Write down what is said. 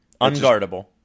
unguardable